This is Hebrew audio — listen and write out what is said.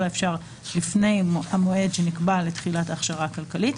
האפשר לפני המועד שנקבע לתחילת ההכשרה הכלכלית,